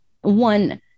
one